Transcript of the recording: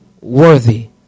worthy